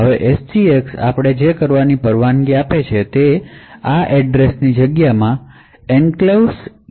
હવે SGX આપણે જે કરવાની પરવાનગી આપે છે તે છે આ સરનામાંની જગ્યામાં એન્ક્લેવ્સ છે